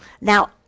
Now